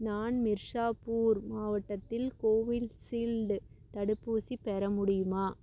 நான் மிர்சாப்பூர் மாவட்டத்தில் கோவில்ஷீல்டு தடுப்பூசி பெற முடியுமா